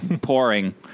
pouring